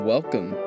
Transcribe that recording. Welcome